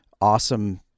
awesome